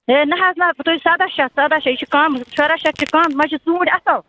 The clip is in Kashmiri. ہے نہَ حظ نہَ توتہِ سَداہ شَتھ سَداہ شَتھ یہِ چھِ کَم شُراہ شَتھ چھِ کَم مےٚ چھِ ژوٗنٛٹھۍ اَصٕل